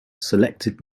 selected